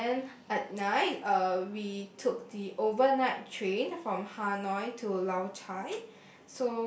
and then at night uh we took the overnight train from Hanoi to Lao-Cai